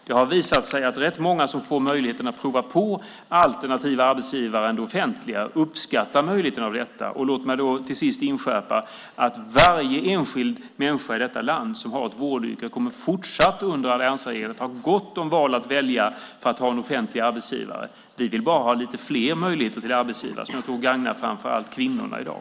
Det har visat sig att rätt många som får möjligheten att prova på någon annan arbetsgivare än det offentliga uppskattar denna möjlighet. Låt mig till sist inskärpa att varje enskild människa i detta land som har ett vårdyrke fortsatt under alliansregeringen kommer att ha gott om val att välja mellan vid sidan av en offentlig arbetsgivare. Vi vill bara ha lite fler möjliga arbetsgivare. Det tror jag gagnar framför allt kvinnorna i dag.